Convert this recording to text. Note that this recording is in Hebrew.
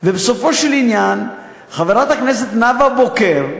ובסופו של עניין, חברת הכנסת נאוה בוקר,